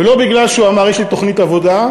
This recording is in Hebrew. ולא בגלל שהוא אמר יש לי תוכנית עבודה,